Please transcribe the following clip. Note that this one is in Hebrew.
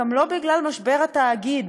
גם לא בגלל משבר התאגיד.